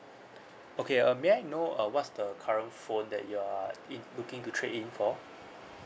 okay uh may I know uh what's the current phone that your are i~ looking to trade in for